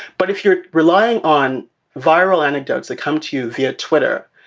but if you're relying on viral anecdotes that come to you via twitter,